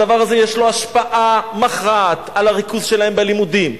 לדבר הזה יש השפעה מכרעת על הריכוז שלהם בלימודים,